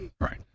right